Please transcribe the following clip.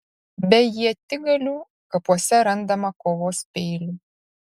be ietigalių kapuose randama kovos peilių